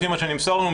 לפי מה שנמסר לנו,